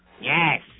Yes